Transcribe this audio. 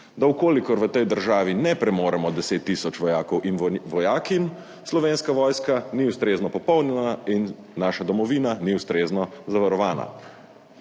da, če v tej državi ne premoremo 10 tisoč vojakov in vojakinj, Slovenska vojska ni ustrezno popolnjena in naša domovina ni ustrezno zavarovana.